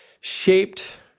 shaped